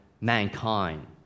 mankind